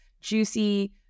juicy